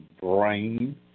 brain